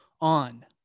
on